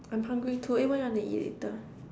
I'm hungry too eh what you wanna eat later